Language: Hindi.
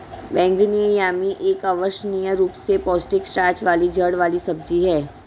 बैंगनी यामी एक अविश्वसनीय रूप से पौष्टिक स्टार्च वाली जड़ वाली सब्जी है